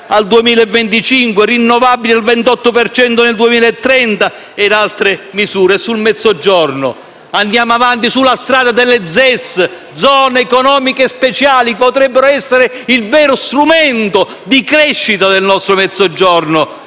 al 2025, rinnovabili al 28 per cento nel 2030 e altre misure sul Mezzogiorno. Andiamo avanti sulla strada delle zone economiche speciali (ZES), che potrebbero essere il vero strumento di crescita del nostro Mezzogiorno.